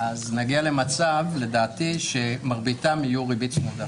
אז לדעתי נגיע למצב שמרביתם יהיו ריבית צמודה.